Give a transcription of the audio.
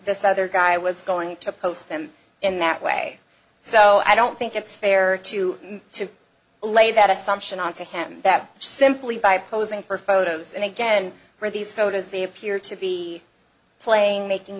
this other guy was going to post them in that way so i don't think it's fair to me to lay that assumption on to him that simply by posing for photos and again for these photos they appear to be playing making